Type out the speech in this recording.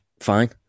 fine